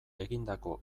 egindako